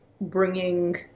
bringing